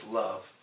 love